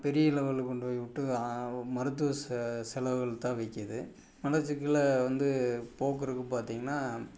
பெரிய லெவலில் கொண்டு போய் விட்டு மருத்துவ செ செலவுகள் தான் வைக்குது மலச்சிக்கலை வந்து போக்கிறக்கு பார்த்தீங்கன்னா